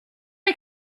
est